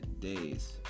days